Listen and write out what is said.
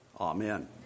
amen